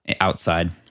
outside